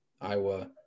Iowa